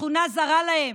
השכונה זרה להם,